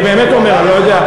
אני באמת אומר, אני לא יודע.